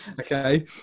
Okay